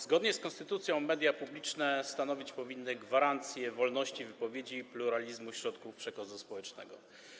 Zgodnie z konstytucją media publiczne powinny stanowić gwarancję wolności wypowiedzi i pluralizmu środków przekazu społecznego.